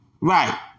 Right